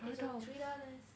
it's only three dollars